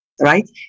right